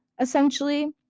essentially